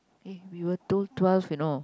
eh we were told twelve you know